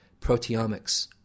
proteomics